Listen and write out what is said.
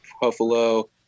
Buffalo